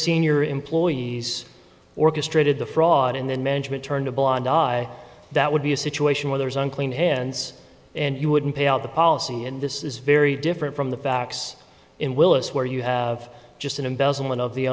senior employees orchestrated the fraud and then management turned a blind eye that would be a situation where there's unclean hands and you wouldn't pay out the policy and this is very different from the facts in willis where you have just an embezzlement of the